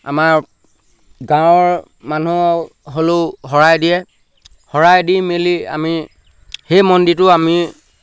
আমাৰ গাঁৱৰ মানুহে হ'লেও শৰাই দিয়ে শৰাই দি মেলি আমি সেই মন্দিৰটো আমি